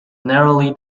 narrowly